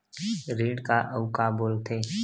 ऋण का अउ का बोल थे?